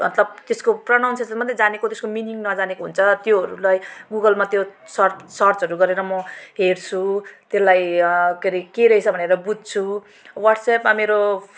मतलब त्यसको प्रनाउन्सेसन मात्रै जानेको त्यसको मिनिङ नजानेको हुन्छ त्योहरूलाई गुगलमा त्यो सर्च सर्चहरू गरेर म हेर्छु त्यसलाई के रहेछ भनेर बुझ्छु वाट्सएपमा मेरो